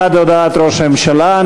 בעד הודעת ראש הממשלה,